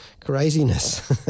craziness